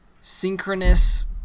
synchronous